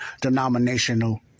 denominational